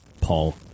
Paul